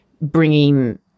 bringing